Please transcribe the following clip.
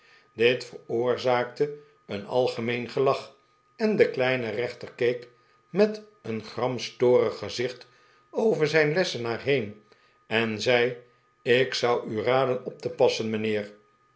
dit veroorzaakte een algemeen gelach en de kleine rechter keek met een gramstorig gezicht over zijn lessenaar heen en zei ik zou u raden op te passen mijnheer